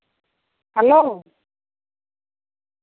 hello